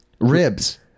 Ribs